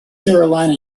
carolina